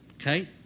Okay